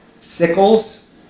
sickles